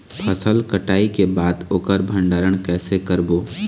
फसल कटाई के बाद ओकर भंडारण कइसे करबो?